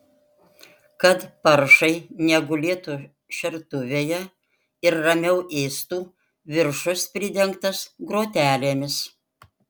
kad paršai negulėtų šertuvėje ir ramiau ėstų viršus pridengtas grotelėmis